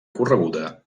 correguda